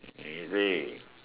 is it